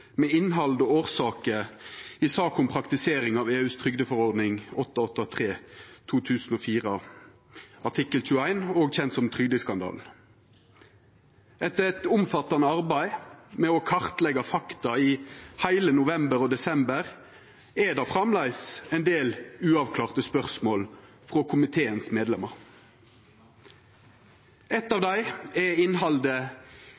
med innhald og årsaker i saka om praktiseringa av EUs trygdeforordning 883/2004 artikkel 21, òg kjend som trygdeskandalen. Etter eit omfattande arbeid med å kartleggja fakta i heile november og desember er det framleis ein del uavklarte spørsmål frå medlemene i komiteen. Eitt av